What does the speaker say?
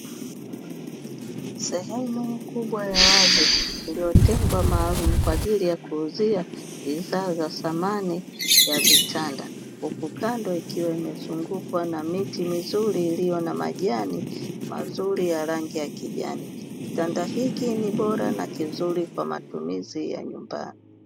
Sehemu kubwa ya wazi iliyotengwa maalumu kwa ajili ya kuuzia bidhaa za samani ya vitanda, huku kando ikiwa imezungukwa na miti mizuri iliyo na majani mazuri ya rangi ya kijani. Kitanda hiki ni bora na kizuri kwa matumizi ya nyumbani.